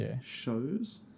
shows